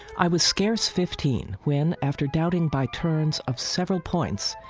i was scarce fifteen when, after doubting by turns of several points,